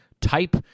Type